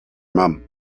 mum